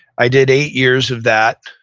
i did eight years of that,